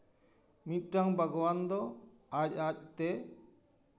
ᱢᱤᱫᱴᱟᱝ ᱵᱟᱜᱽᱣᱟᱱ ᱫᱚ ᱟᱡ ᱟᱡᱛᱮ